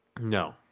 No